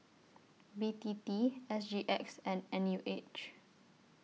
B T T S G X and N U H